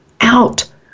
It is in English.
out